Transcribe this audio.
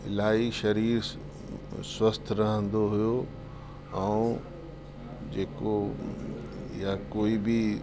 इलाही शरीरु स्वस्थ रहंदो हुयो ऐं जेको या कोई बि